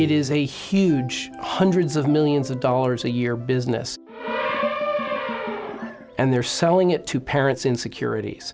it is a huge hundreds of millions of dollars a year business and they're selling it to parents insecurities